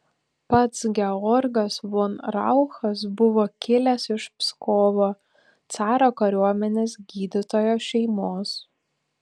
pats georgas von rauchas buvo kilęs iš pskovo caro kariuomenės gydytojo šeimos